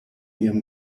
ihrem